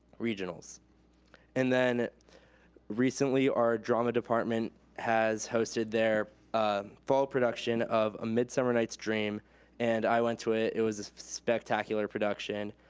and then recently our drama department has hosted their fall production of a midsummer night's dream and i went to it. it was a spectacular production.